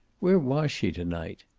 where was she to-night?